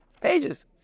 Pages